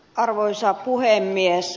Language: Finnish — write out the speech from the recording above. arvoisa puhemies